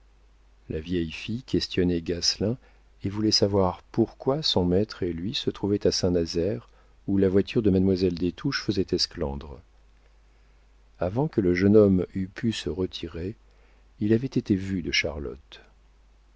la vieille fille questionnait gasselin et voulait savoir pourquoi son maître et lui se trouvaient à saint-nazaire où la voiture de mademoiselle des touches faisait esclandre avant que le jeune homme eût pu se retirer il avait été vu de charlotte